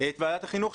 את ועדת החינוך,